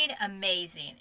amazing